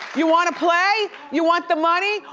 you want to play? you want the money?